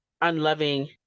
unloving